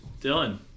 Dylan